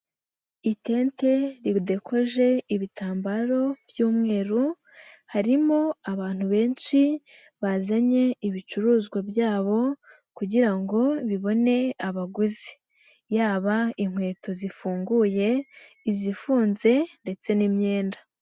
Itente ridekoje ibitambaro by'umweru, harimo abantu benshi bazanye ibicuruzwa byabo, kugira ngo bibone abaguzi, yaba inkweto zifunguye, izifunze ndetse n'imyenda.